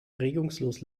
regungslos